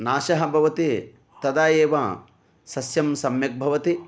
नाशः भवति तदा एव सस्यं सम्यक् भवति